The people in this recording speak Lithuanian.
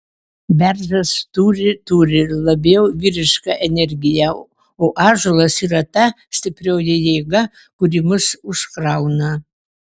beržas turi turi labiau vyrišką energiją o ąžuolas yra ta stiprioji jėga kuri mus užkrauna